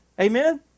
Amen